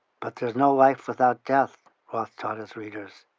but there's no life without death, roth taught his readers.